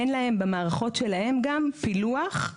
אין להם במערכות שלהם גם פילוח של החברים.